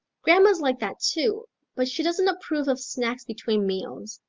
grandma's like that too but she doesn't approve of snacks between meals.